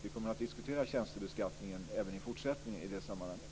Vi kommer alltså även i fortsättningen att diskutera tjänstebeskattningen i det sammanhanget.